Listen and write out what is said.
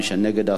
ומי שנגד,